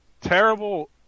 Terrible